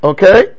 Okay